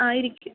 ആ ഇരിക്ക്